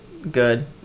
good